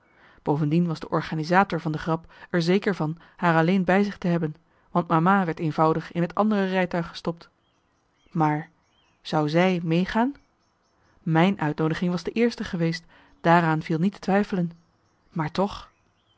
bovendien was de organisator van de grap er zeker van haar alleen bij zich te hebben want mama werd eenvoudig in het andere rijtuig gestopt maar zou zij meegaan mijn uitnoodiging was de eerste geweest daaraan viel niet te twijfelen maar toch